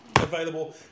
available